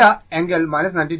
এটা angle 90 o